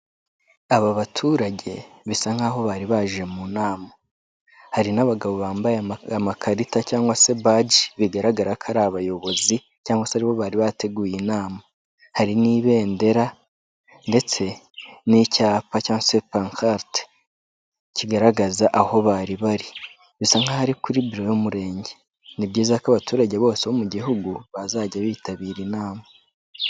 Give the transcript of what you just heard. Aba baturage bisa nkaho bari baje mu nama. Hari n'abagabo bambaye amakarita cyangwa se bage Bigaragara ko ari abayobozi cyangwa se ari bo bari bateguye inama. Hari n'ibendera ndetse n'icyapa cyangwase pankarite kigaragaza aho bari bari bisa nk nkaho ari kuri biro y'umurenge. Ni byiza ko abaturage bose bo mu gihugu bazajya bitabira inama.